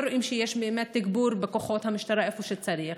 אנחנו לא רואים שיש באמת תגבור בכוחות המשטרה איפה שצריך,